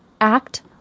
act